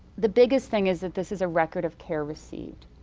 the biggest thing is that this is a record of care received.